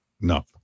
No